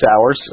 hours